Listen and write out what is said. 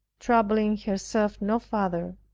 troubling herself no further,